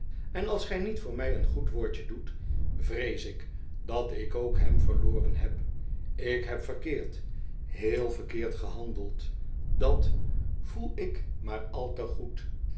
en als gij voor mij niet een goed woordje doet vrees ik dat ik ook hem verloren heb ik heb verkeerd heel verkeerd gehandeld dat voel ik maar al te goed